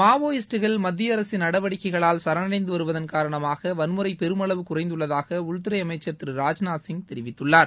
மாவோயிஸ்ட்கள் மத்திய அரசின் நடவடிக்கைகளால் சரணடைந்து வருவதன் காரணமாக வன்முறை பெருமளவு குறைந்துள்ளதாக உள்துறை அமைச்சர் திரு ராஜ்நாத் சிங் தெரிவித்துள்ளார்